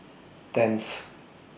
tenth